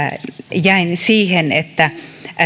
jäin siihen että